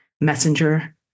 Messenger